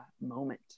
moment